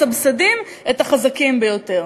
מסבסדים את החזקים ביותר.